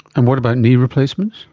and what about knee replacements?